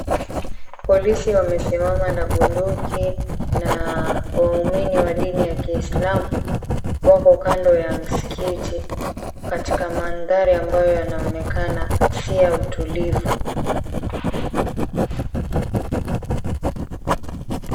Polisi wamesimama na bunduki na waumini wa dini ya kiislamu wako kando ya msikiti katika mandhari yanayoonekana si ya utulivu.